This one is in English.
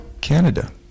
Canada